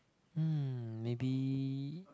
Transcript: um maybe